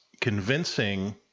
convincing